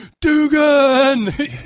Dugan